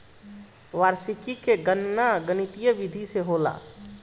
वार्षिकी के गणना गणितीय विधि से होला